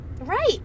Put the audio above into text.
Right